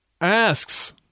asks